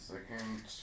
Second